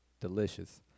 delicious